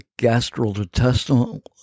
gastrointestinal